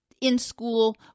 in-school